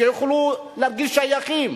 שיוכלו להרגיש שייכים,